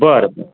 बरं बरं